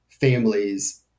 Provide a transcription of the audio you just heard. families